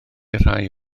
rai